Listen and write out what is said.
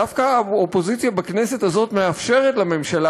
דווקא האופוזיציה בכנסת הזאת מאפשרת לממשלה